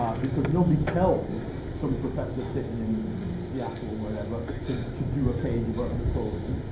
um because nobody tells some professor sitting in seattle or wherever to to do a page about napoleon.